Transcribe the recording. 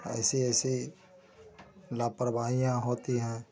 ऐसी ऐसी लापरवाहियाँ होती हैं